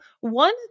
one